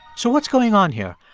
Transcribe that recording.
so what's going on here?